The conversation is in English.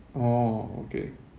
orh okay